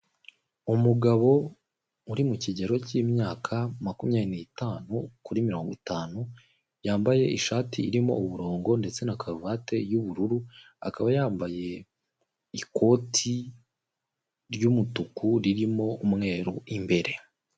Umugabo, uri mu kigero cy'imyaka makumyabiri n'itanu kuri mirongo itanu, yambaye ishati irimo uburongo, ndetse na karuvate y'ubururu, akaba yambaye ikoti ry'umutuku, ririmo umweru imbere.